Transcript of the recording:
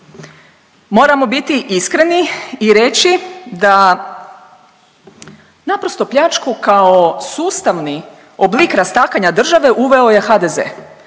Moramo biti iskreni i reći da naprosto pljačku kao sustavni oblik rastakanja države uveo je HDZ,